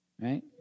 right